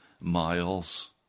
miles